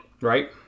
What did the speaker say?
Right